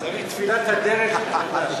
צריך תפילת הדרך מחדש.